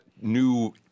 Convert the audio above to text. New